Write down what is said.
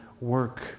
work